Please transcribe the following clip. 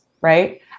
right